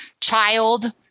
child